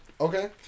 Okay